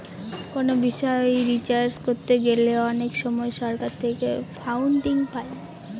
কোনো বিষয় রিসার্চ করতে গেলে অনেক সময় সরকার থেকে ফান্ডিং পাই